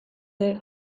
ere